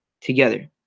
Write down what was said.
together